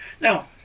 now